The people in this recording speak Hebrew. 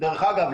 דרך אגב,